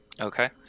Okay